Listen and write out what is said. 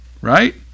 right